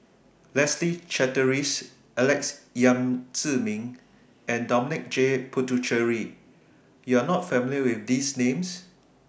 Leslie Charteris Alex Yam Ziming and Dominic J Puthucheary YOU Are not familiar with These Names